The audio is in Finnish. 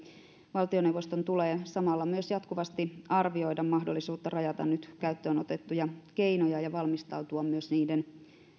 valtioneuvoston tulee samalla jatkuvasti arvioida mahdollisuutta rajata nyt käyttöön otettuja keinoja ja valmistautua myös niiden